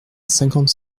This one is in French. cinquante